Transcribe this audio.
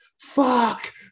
fuck